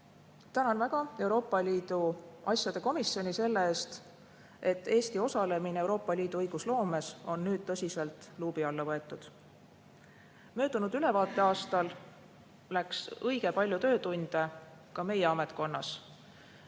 Tänan Euroopa Liidu asjade komisjoni selle eest, et Eesti osalemine Euroopa Liidu õigusloomes on tõsiselt luubi alla võetud. Möödunud ülevaateaastal läks õige palju töötunde ka meie ametkonnas